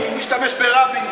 הוא משתמש ברבין,